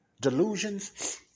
delusions